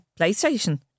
PlayStation